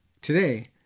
Today